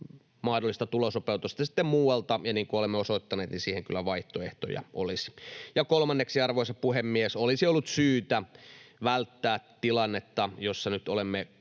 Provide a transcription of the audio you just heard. mahdollista tulosopeutusta sitten muualta. Niin kuin olemme osoittaneet, siihen kyllä vaihtoehtoja olisi. Kolmanneksi, arvoisa puhemies, olisi ollut syytä välttää tilannetta, jossa nyt olemme